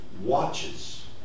watches